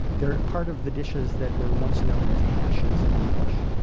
they're part of the dishes that were once known as hashes in english,